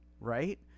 Right